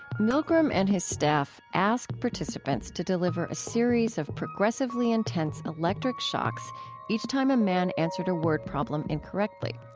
milgram and his staff asked participants to deliver a series of progressively intense electric shocks each time a man answered a word problem incorrectly.